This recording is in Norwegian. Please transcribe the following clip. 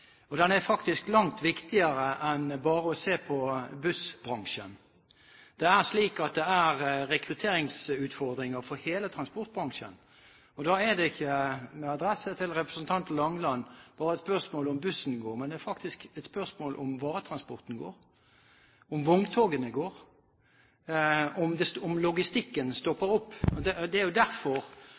Den er faktisk langt viktigere enn bare å se på bussbransjen. Det er slik at det er rekrutteringsutfordringer for hele transportbransjen, og da er det ikke, med adresse til representanten Langeland, bare et spørsmål om bussen går, men det er faktisk et spørsmål om varetransporten går, om vogntogene går, om logistikken stopper opp. Det er derfor det fra Autoriserte Trafikkskolers Landsforbund, fra Transportbedriftenes Landsforening og fra Norges Lastebileier-Forbund er